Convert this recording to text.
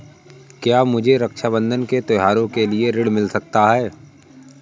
क्या मुझे रक्षाबंधन के त्योहार के लिए ऋण मिल सकता है?